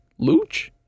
Luch